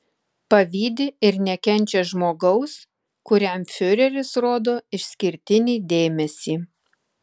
pavydi ir nekenčia žmogaus kuriam fiureris rodo išskirtinį dėmesį